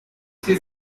she